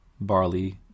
barley